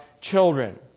children